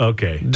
Okay